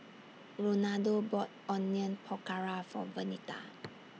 Ronaldo bought Onion Pakora For Vernita